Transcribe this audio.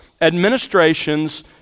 administrations